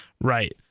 Right